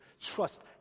trust